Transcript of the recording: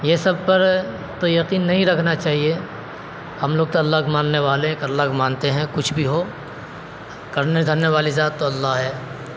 یہ سب پر تو یقین نہیں رکھنا چاہیے ہم لوگ تو اللہ کو ماننے والے ہیں ایک اللہ کو مانتے ہیں کچھ بھی ہو کرنے دھرنے والی ذات تو اللہ ہے